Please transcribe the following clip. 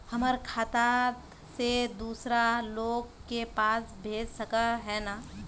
हमर खाता से दूसरा लोग के पैसा भेज सके है ने?